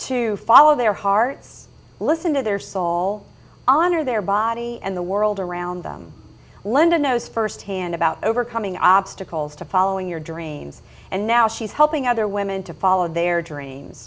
to follow their hearts listen to their soul honor their body and the world around them london knows firsthand about overcoming obstacles to following your dreams and now she's helping other women to follow their dreams